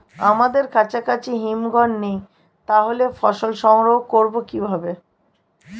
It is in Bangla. আমাদের কাছাকাছি হিমঘর নেই তাহলে ফসল সংগ্রহ করবো কিভাবে?